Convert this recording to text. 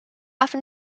often